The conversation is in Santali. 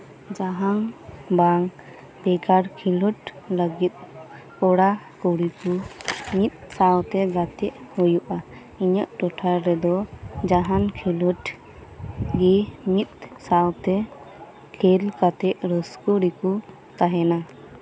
ᱡᱟᱱᱟᱱ ᱵᱟᱝ ᱵᱮᱜᱟᱨ ᱠᱷᱮᱞᱳᱰ ᱞᱟᱹᱜᱤᱫ ᱠᱚᱲᱟ ᱠᱩᱲᱤ ᱠᱚ ᱢᱤᱫ ᱥᱟᱶᱛᱮ ᱜᱟᱛᱮᱜ ᱦᱩᱭᱩᱜᱼᱟ ᱤᱧᱟᱹᱜ ᱴᱚᱴᱷᱟ ᱨᱮᱫᱚ ᱡᱟᱦᱟᱱ ᱠᱷᱤᱞᱳᱰ ᱜᱮ ᱢᱤᱫ ᱥᱟᱶᱛᱮ ᱠᱷᱮᱞ ᱠᱟᱛᱮᱫ ᱨᱟᱹᱥᱠᱟᱹ ᱨᱮᱠᱚ ᱛᱟᱦᱮᱱᱟ